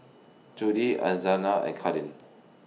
Judie and Kadin